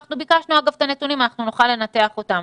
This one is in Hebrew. אנחנו ביקשנו, אגב, את הנתונים, ונוכל לנתח אותם.